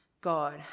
God